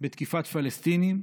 בתקיפת פלסטינים.